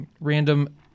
random